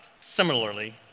similarly